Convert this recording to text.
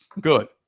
Good